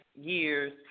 years